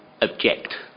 object